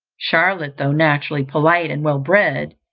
charlotte, though naturally polite and well-bred,